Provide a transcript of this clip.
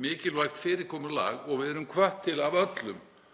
mikilvægt fyrirkomulag. Við erum hvött til af öllum,